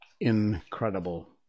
incredible